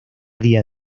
día